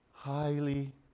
highly